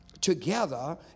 together